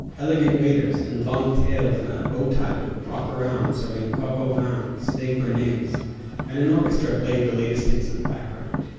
elegant waiters, in long tails and a bowtie, would walk around serving coq au vin and steak bearnaise. and an orchestra played the latest hits in the background